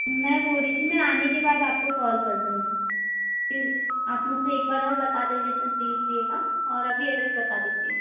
मैं बोल रही थी मैं आने के बाद आपको कॉल कर दूँगी फिर आप मुझसे एक बार और बता दीजिए और अभी एड्रेस बता दीजिए